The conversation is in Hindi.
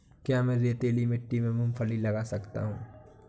क्या मैं रेतीली मिट्टी में मूँगफली लगा सकता हूँ?